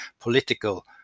political